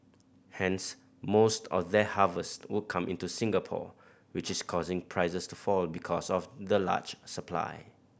hence most of their harvest would come into Singapore which is causing prices to fall because of the large supply